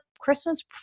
Christmas